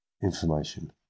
information